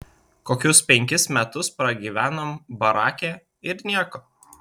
kokius penkis metus pragyvenom barake ir nieko